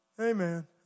Amen